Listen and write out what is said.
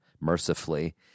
mercifully